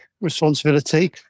responsibility